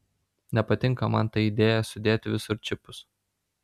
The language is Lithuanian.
nepatinka man ta idėja sudėti visur čipus